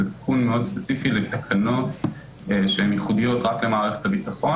זה תיקון מאוד ספציפי לתקנות שהן ייחודיות רק למערכת הביטחון